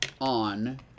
on